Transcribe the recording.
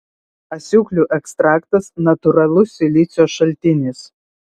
asiūklių ekstraktas natūralus silicio šaltinis